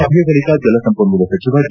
ಸಭೆಯ ಬಳಿಕ ಜಲಸಂಪನ್ನೂಲ ಸಚಿವ ಡಿ